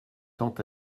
tant